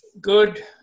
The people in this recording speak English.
Good